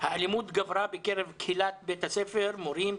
האלימות גברה בקרב קהילת בית הספר מורים,